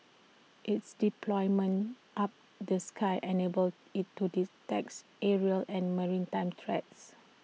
it's deployment up the sky enables IT to detects aerial and maritime threats